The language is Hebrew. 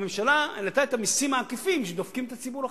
הממשלה העלתה את המסים העקיפים שדופקים את הציבור החלש,